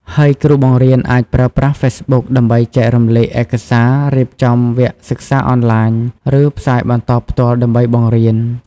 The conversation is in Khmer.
ហើយគ្រូបង្រៀនអាចប្រើប្រាស់ ហ្វេសបុក ដើម្បីចែករំលែកឯកសារ រៀបចំវគ្គសិក្សាអនឡាញ ឬផ្សាយបន្តផ្ទាល់ដើម្បីបង្រៀន។